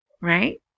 Right